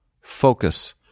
focus